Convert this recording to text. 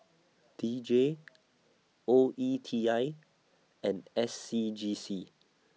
D J O E T I and S C G C